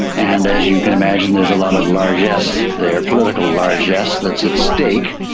and as you can imagine there's a lot of largess there, political largess that's at stake.